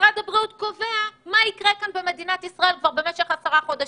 המשרד קובע מה יקרה כאן במדינת ישראל כבר במשך עשרה חודשים.